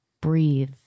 breathe